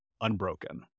unbroken